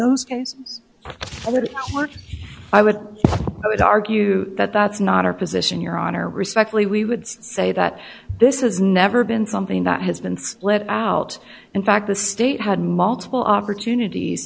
but i would i would argue that that's not our position your honor respectfully we would say that this is never been something that has been let out in fact the state had multiple opportunities